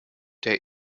der